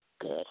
good